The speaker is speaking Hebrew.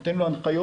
נותן לו הנחיות,